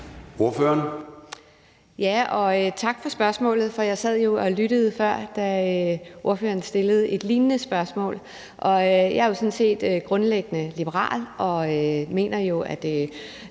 Munch (DD): Tak for spørgsmålet. Jeg sad jo og lyttede før, da ordføreren stillede et lignende spørgsmål. Jeg er sådan set grundlæggende liberal og mener jo, at